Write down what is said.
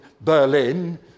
Berlin